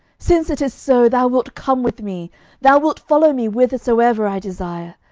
since it is so, thou wilt come with me thou wilt follow me whithersoever i desire.